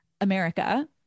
America